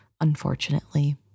unfortunately